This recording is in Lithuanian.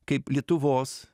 kaip lietuvos